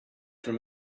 from